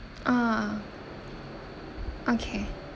ah okay